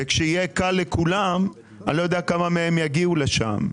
כשיהיה קל לכולם, אני לא יודע כמה מהם יגיעו לשם.